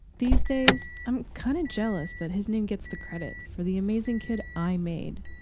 these days i'm kind of jealous that his name gets the credit for the amazing kid i made.